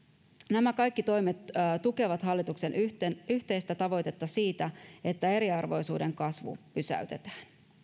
nämä kaikki toimet tukevat hallituksen yhteistä tavoitetta siitä että eriarvoisuuden kasvu pysäytetään